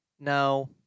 No